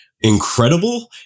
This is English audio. incredible